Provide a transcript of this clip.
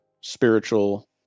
spiritual